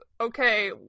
okay